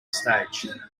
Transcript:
stage